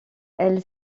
elle